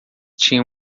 tinha